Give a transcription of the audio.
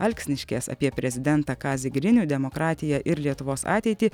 alksniškės apie prezidentą kazį grinių demokratiją ir lietuvos ateitį